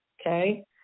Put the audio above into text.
okay